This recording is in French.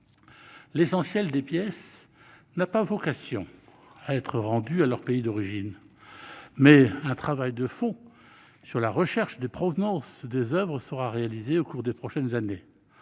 L'essentiel des oeuvres n'a pas vocation à être rendu à leur pays d'origine, mais un travail de fond sur la recherche de la provenance des oeuvres sera effectué au cours des prochaines années.